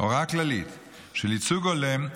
הוראה כללית של ייצוג הולם,